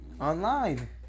online